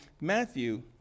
Matthew